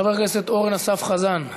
חבר הכנסת אורן אסף חזן,